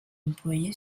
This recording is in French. employé